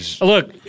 Look